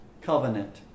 Covenant